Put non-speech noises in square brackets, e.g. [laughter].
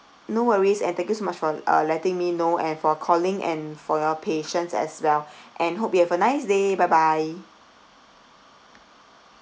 no worries and thank you so much for uh letting me know and for calling and for your patience as well [breath] and hope you have a nice day bye bye